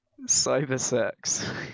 Cybersex